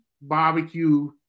barbecue